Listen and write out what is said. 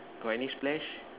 got any splash